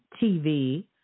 TV